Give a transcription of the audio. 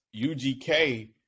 UGK